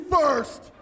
first